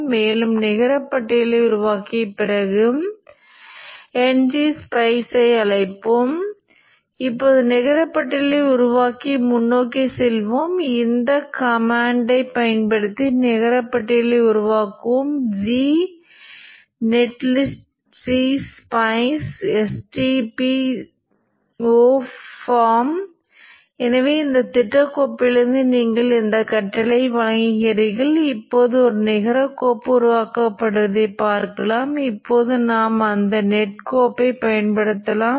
ஒரு முறை மின்னோட்டத்தை இயக்கியவுடன் இது இப்போது மின் ஆக்கி போல் இயங்கும் L R நேரம் மாறிலி அது அதிவேகமாக விழும் காந்தமாக்கும் மின்னோட்டம் நேர மாறிலியுடன் இப்படி அதிவேகமாக விழத் தொடங்கும்